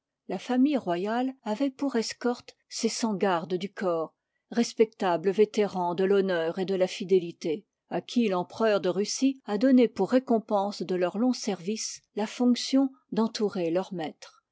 la famille royale avoit pour escorte ces cent gardes du corps respectables vétérans de l'honneur et de la fidélité à qui l'empereur de russie a donné pour récompense de leurs longs services la fonction d'entourer leurs maîtres